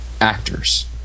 actors